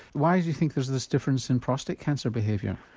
why do you think there's this difference in prostate cancer behaviour?